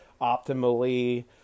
optimally